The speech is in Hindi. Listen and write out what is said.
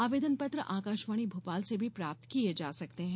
आवेदन पत्र आकाशवाणी भोपाल से भी प्राप्त किये जा सकते हैं